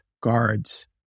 guards